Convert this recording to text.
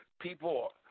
people